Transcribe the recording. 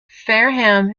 fareham